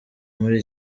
muri